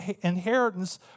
inheritance